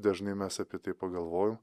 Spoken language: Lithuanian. dažnai mes apie tai pagalvoju